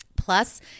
Plus